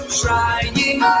trying